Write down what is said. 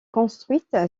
construite